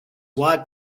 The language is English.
watt